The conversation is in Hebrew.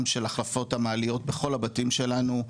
של החלפות המעליות בכל הבתים שלנו,